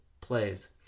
plays